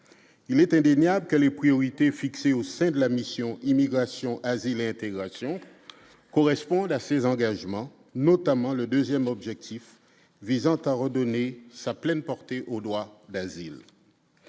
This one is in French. il est indéniable que les priorités fixées au sein de la mission Immigration, asile et intégration correspondent à ces engagements, notamment le 2ème objectif visant à redonner sa pleine portée au droit d'asile.